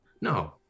No